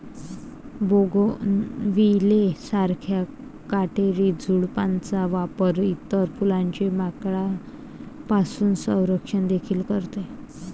bougainvillea सारख्या काटेरी झुडपांचा वापर इतर फुलांचे माकडांपासून संरक्षण देखील करते